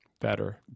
better